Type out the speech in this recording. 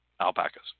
alpacas